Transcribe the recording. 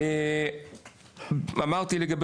אמרתי לגבי